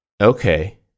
Okay